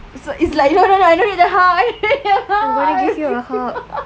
so it's like no no no I don't need a hug